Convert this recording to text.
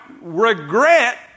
regret